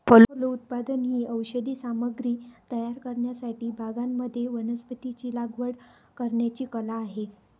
फलोत्पादन ही औषधी सामग्री तयार करण्यासाठी बागांमध्ये वनस्पतींची लागवड करण्याची कला आहे